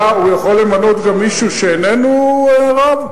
הוא יכול למנות גם מישהו שאיננו רב?